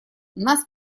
нас